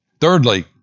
Thirdly